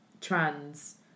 trans